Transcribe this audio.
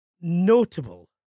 notable